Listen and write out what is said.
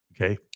Okay